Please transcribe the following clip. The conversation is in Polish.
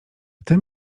tym